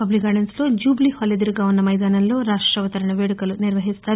పబ్లిక్గార్డెన్స్లో Jubilee Hall ఎదురుగా ఉన్న మైదానంలో రాష్ట అవతరణ వేడుకలు నిర్వహిస్తారు